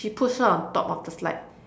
she push her on top of the slide